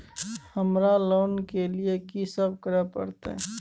हमरा लोन के लिए की सब करे परतै?